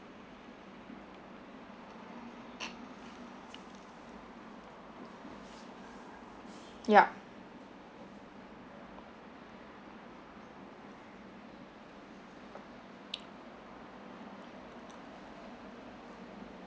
yup